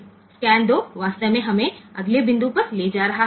તેથી સ્કેન 2 વાસ્તવમાં આપણને આગામી બિંદુ પર લઈ જશે